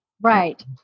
Right